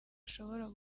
ashobora